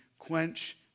quench